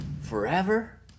Forever